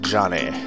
Johnny